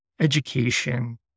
education